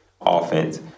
offense